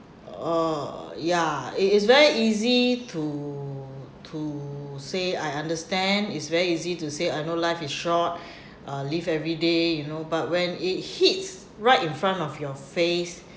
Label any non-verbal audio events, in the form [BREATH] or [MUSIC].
uh yeah it is very easy to to say I understand it's very easy to say I know life is short [BREATH] uh live every day you know but when it hits right in front of your face [BREATH]